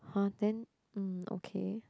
!huh! then mm okay